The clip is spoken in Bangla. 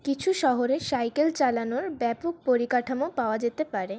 কিছু শহরে সাইকেল চালানোর ব্যাপক পরিকাঠামো পাওয়া যেতে পারে